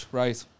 right